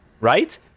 right